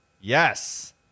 yes